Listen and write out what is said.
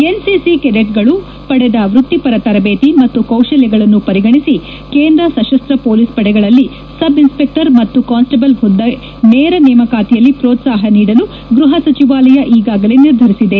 NCC ಕೆಡೆಚ್ಗಳು ಪಡೆದ ವೃತ್ತಿಪರ ತರದೇತಿ ಮತ್ತು ಕೌಶಲ್ಯಗಳನ್ನು ಪರಿಗಣಿಸಿ ಕೇಂದ್ರ ಸಶಸ್ತ ಹೊಲೀಸ್ ಪಡೆಗಳಲ್ಲಿ ಸಬ್ ಇನ್ಸತೆಕ್ಟರ್ ಮತ್ತು ಕಾನ್ಸ್ಟೇಬಲ್ ಹುದ್ದೆ ನೇರ ನೇಮಕಾತಿಯಲ್ಲಿ ಪೋತ್ಲಾಹ ನೀಡಲು ಗೃಹ ಸಚಿವಾಲಯ ಈಗಾಗಲೇ ನಿರ್ಧರಿಸಿದೆ